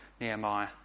Nehemiah